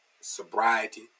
sobriety